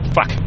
Fuck